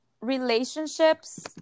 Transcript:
relationships